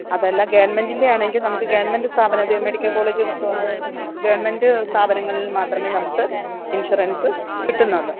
അതെല്ലാ ഗവൺമെൻ്റിൻ്റെ ആണെങ്കിൽ നമുക്ക് ഗവൺമെൻ്റ് സ്ഥാപനത്തിൽ മെഡിക്ക കോളേജ് ഗവൺമെൻ്റ് സ്ഥാപനങ്ങളിൽ മാത്രമേ നമുക്ക് ഇൻഷുറൻസ് കിട്ടുന്നുള്ളൂ